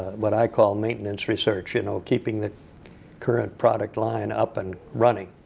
what i call maintenance research. you know, keeping the current product line up and running.